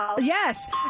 Yes